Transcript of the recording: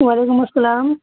وعلیکم السلام